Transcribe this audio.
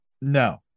no